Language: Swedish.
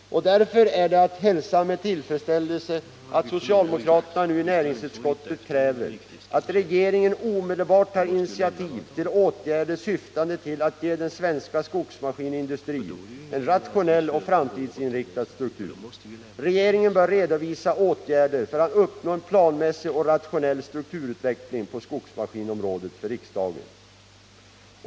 Därför är det att hälsa med tillfredsställelse att socialdemokraterna i näringsutskottet nu kräver att ”regeringen omedelbart tar initiativ till åtgärder syftande till att ge den svenska skogsmaskinindustrin en rationell och framtidsinriktad struktur. Regeringen bör redovisa åtgärder för att uppnå en planmässig och rationell strukturutveckling på skogsmaskinområdet för riksdagen.